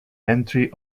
entry